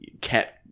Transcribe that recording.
cat